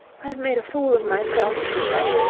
i've made a fool of myself, she said.